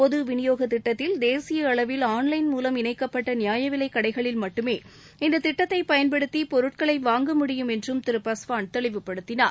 பொது விநியோகத் திட்டத்தில் தேசிய அளவில் ஆன்லைள் மூலம் இணைக்கப்பட்ட நியாய விலைக் கடைகளில் மட்டுமே இந்த திட்டத்தை பயன்படுத்தி பொருட்களை வாங்க முடியும் என்று திரு பஸ்வான் தெளிவுப்படுத்தினார்